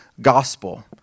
gospel